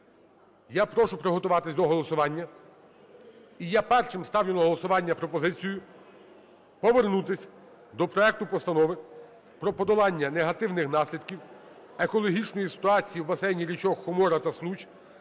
Я прошу приготуватись до голосування. І я першою ставлю на голосування пропозицію повернутись до проекту Постанови про подолання негативних наслідків екологічної ситуації в басейні річок Хомора та Случ